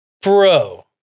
Bro